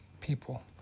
people